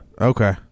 Okay